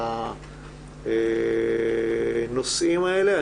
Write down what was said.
הנושאים האלה.